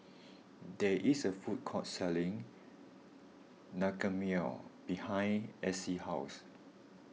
there is a food court selling Naengmyeon behind Acey's house